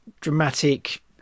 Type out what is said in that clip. dramatic